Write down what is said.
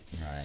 Right